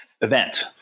event